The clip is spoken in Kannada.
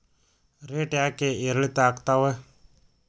ರೇಟ್ ಯಾಕೆ ಏರಿಳಿತ ಆಗ್ತಾವ?